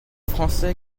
français